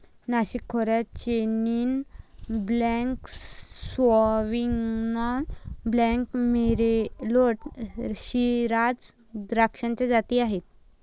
नाशिक खोऱ्यात Chenin Blanc, Sauvignon Blanc, Merlot, Shiraz द्राक्षाच्या जाती आहेत